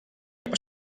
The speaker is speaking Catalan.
amb